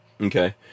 okay